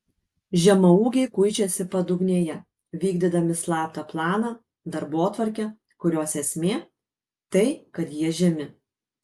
žemaūgiai kuičiasi padugnėje vykdydami slaptą planą darbotvarkę kurios esmė tai kad jie žemi